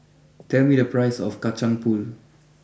tell me the price of Kacang Pool